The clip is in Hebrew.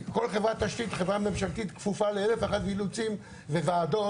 כל תשתית וחברה ממשלתית כפופה ל- 1,001 אילוצים וועדות.